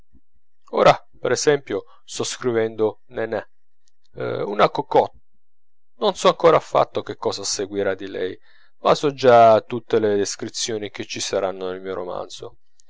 ora per esempio sto scrivendo nana una cocotte non so ancora affatto che cosa seguirà di lei ma so già tutte le descrizioni che ci saranno nel mio romanzo